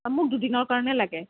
মোক দুদিনৰ কাৰণে লাগে